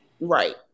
Right